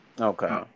okay